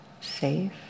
safe